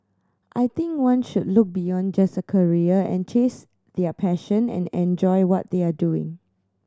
I think one should look beyond just a career and chase their passion and enjoy what they are doing